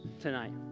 tonight